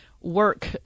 work